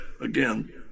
Again